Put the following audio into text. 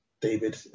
David